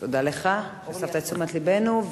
תודה לך שהסבת את תשומת לבנו.